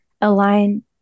align